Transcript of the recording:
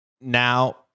Now